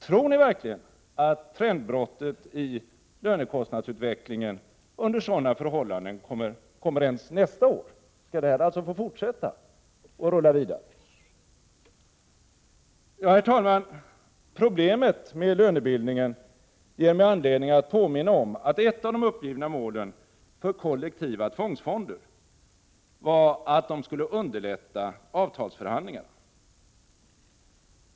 Tror ni verkligen att trendbrottet i lönekostnadsutvecklingen under sådana förhållanden kommer ens nästa år? Skall det här alltså få fortsätta att rulla vidare? Herr talman! Problemet med lönebildningen ger mig anledning att påminna om att ett av de uppgivna målen för kollektiva tvångsfonder var att de skulle underlätta avtalsförhandlingarna.